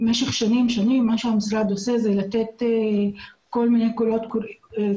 במשך שנים מה שהמשרד עושה זה לתת כל מיני קולות קוראים,